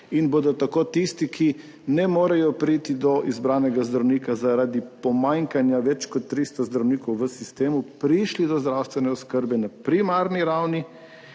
in bodo tako tisti, ki ne morejo priti do izbranega zdravnika zaradi pomanjkanja več kot tristo zdravnikov v sistemu, prišli do zdravstvene oskrbe na primarni ravni.